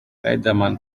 riderman